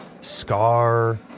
Scar